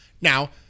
Now